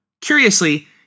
Curiously